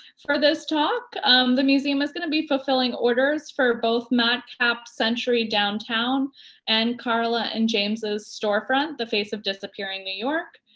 for this talk the museum is gonna be fulfilling orders for both matt kapp's century downtown and karla and james' storefront the face of disappearing new york.